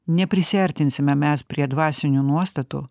neprisiartinsime mes prie dvasinių nuostatų